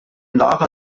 lara